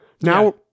Now